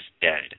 dead